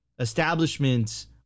Establishments